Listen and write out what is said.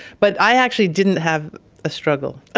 but i actually didn't have a struggle.